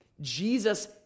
Jesus